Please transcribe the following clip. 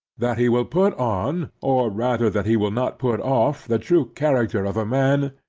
that he will put on, or rather that he will not put off, the true character of a man,